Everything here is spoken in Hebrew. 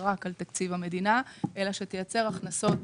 רק על תקציב המדינה אלא שתייצר הכנסות